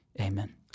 Amen